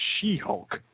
She-Hulk